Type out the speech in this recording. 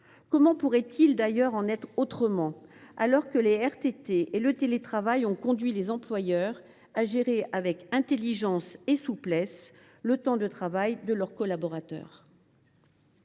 Comment pourrait il en être autrement, alors que les RTT et le développement du télétravail ont conduit les employeurs à gérer avec intelligence et souplesse le temps de travail de leurs collaborateurs ?